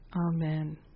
amen